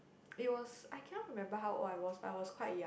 it was I cannot remember how old I was but I was quite young